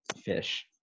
fish